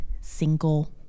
single